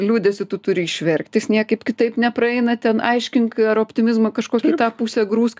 liūdesį tu turi išverkti jis niekaip kitaip nepraeina ten aiškink ar optimizmą kažkokį į tą pusę grūsk